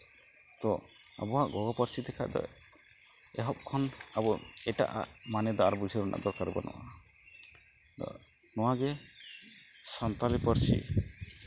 ᱛᱳ ᱟᱵᱚᱣᱟᱜ ᱜᱚᱜᱚ ᱯᱟᱹᱨᱥᱤ ᱛᱮᱠᱷᱟᱡ ᱫᱚ ᱮᱦᱚᱵ ᱠᱷᱚᱱ ᱟᱵᱚ ᱮᱴᱟᱜ ᱟᱜ ᱢᱟᱱᱮ ᱫᱚ ᱟᱨ ᱵᱩᱡᱷᱟᱹᱣ ᱨᱮᱱᱟᱜ ᱫᱚᱨᱠᱟᱨ ᱵᱟᱹᱱᱩᱜᱼᱟ ᱱᱚᱣᱟᱜᱮ ᱥᱟᱱᱛᱟᱞᱤ ᱯᱟᱹᱨᱥᱤ